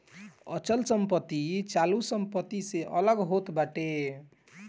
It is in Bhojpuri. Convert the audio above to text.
अचल संपत्ति चालू संपत्ति से अलग होत बाटे